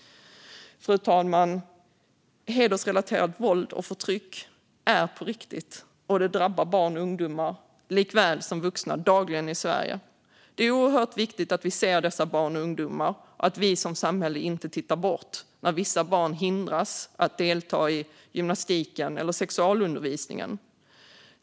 Fru talman! Hedersrelaterat våld och förtryck är på riktigt, och det drabbar barn och ungdomar likaväl som vuxna dagligen i Sverige. Det är oerhört viktigt att vi ser dessa barn och ungdomar och att vi som samhälle inte tittar bort när vissa barn hindras att delta i gymnastiken eller sexualundervisningen.